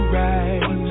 right